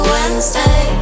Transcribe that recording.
Wednesday